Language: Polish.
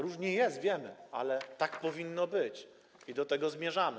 Różnie jest, wiemy, ale tak powinno być i do tego zmierzamy.